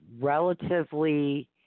relatively